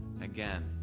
again